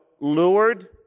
lured